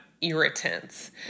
irritants